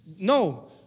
no